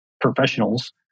professionals